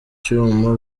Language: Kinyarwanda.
icyuma